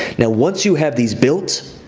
now, once you have these builts,